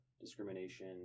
discrimination